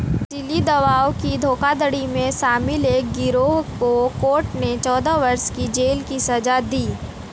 नशीली दवाओं की धोखाधड़ी में शामिल एक गिरोह को कोर्ट ने चौदह वर्ष की जेल की सज़ा दी